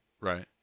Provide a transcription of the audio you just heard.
Right